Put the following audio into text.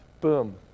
Boom